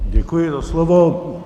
Děkuji za slovo.